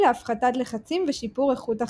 להפחתת לחצים ושיפור איכות החיים,